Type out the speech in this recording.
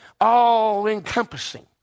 all-encompassing